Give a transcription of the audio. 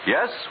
Yes